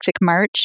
March